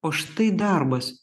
o štai darbas